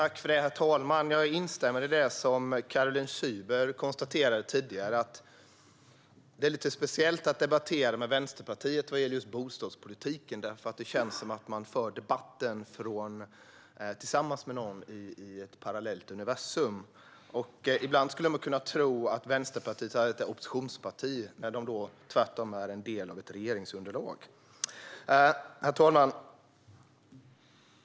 Herr talman! Jag instämmer med Caroline Szyber i att det är lite speciellt att debattera bostadspolitik med Vänsterpartiet, för det känns som att debattera med någon i ett parallellt universum. Ibland kan man tro att Vänsterpartiet är ett oppositionsparti fastän de tvärtom är en del av regeringsunderlaget. Herr talman!